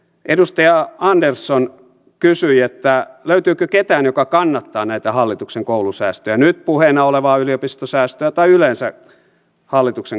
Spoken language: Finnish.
edustaja andersson kysyi löytyykö ketään joka kannattaa näitä hallituksen koulusäästöjä nyt puheena olevaa yliopistosäästöä tai yleensä hallituksen koulusäästöjä